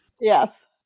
Yes